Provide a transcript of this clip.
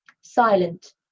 silent